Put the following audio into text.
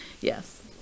Yes